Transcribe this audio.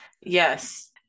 yes